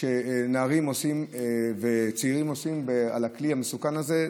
שנערים וצעירים עושים על הכלי המסוכן הזה,